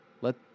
Let